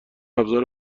ابزار